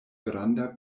granda